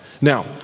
Now